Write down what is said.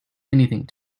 anything